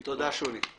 תודה, שולי.